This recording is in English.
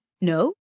no